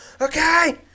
okay